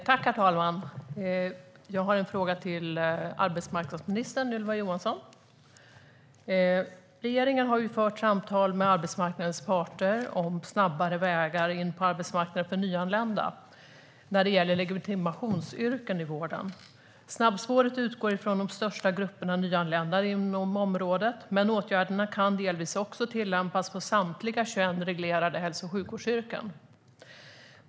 Herr talman! Jag har en fråga till arbetsmarknadsminister Ylva Johansson. Regeringen har fört samtal med arbetsmarknadens parter om snabbare vägar in på arbetsmarknaden för nyanlända när det gäller legitimationsyrken i vården. Snabbspåret utgår från de största grupperna av nyanlända inom området. Men åtgärderna kan delvis också tillämpas på samtliga 21 reglerade hälso och sjukvårdsyrken.